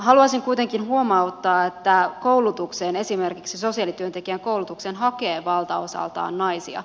haluaisin kuitenkin huomauttaa että koulutukseen esimerkiksi sosiaalityöntekijän koulutukseen hakee valtaosaltaan naisia